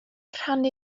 rhannu